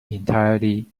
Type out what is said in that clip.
entirely